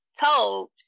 told